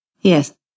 Yes